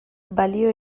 balio